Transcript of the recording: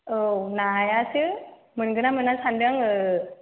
औ नायासो मोनगोनना मोना सान्दों आङो